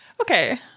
Okay